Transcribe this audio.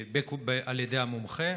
על ידי המומחה,